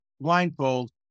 blindfold